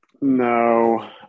No